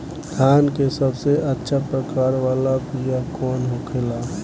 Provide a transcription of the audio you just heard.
धान के सबसे अच्छा प्रकार वाला बीया कौन होखेला?